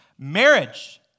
Marriage